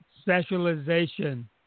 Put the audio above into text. specialization